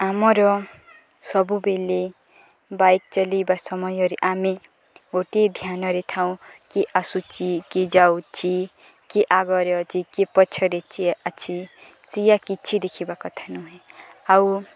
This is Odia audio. ଆମର ସବୁବେଳେ ବାଇକ୍ ଚଲେଇବା ସମୟରେ ଆମେ ଗୋଟିଏ ଧ୍ୟାନରେ ଥାଉଁ କିଏ ଆସୁଛି କିଏ ଯାଉଛି କିଏ ଆଗରେ ଅଛି କିଏ ପଛରେ କିଏ ଅଛି ସେଗୁଡ଼ା କିଛି ଦେଖିବା କଥା ନୁହେଁ ଆଉ